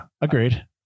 Agreed